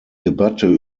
debatte